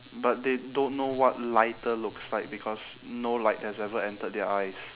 but they don't know what lighter looks like because no light has ever entered their eyes